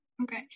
Okay